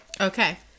Okay